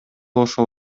ошол